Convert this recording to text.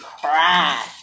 cry